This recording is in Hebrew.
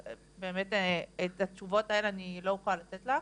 אז את התשובות האלה אני לא אוכל לתת לך.